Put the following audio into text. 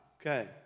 Okay